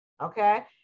okay